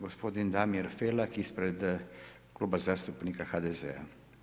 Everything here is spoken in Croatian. Gospodin Damir Felak ispred Kluba zastupnika HDZ-a.